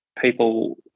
people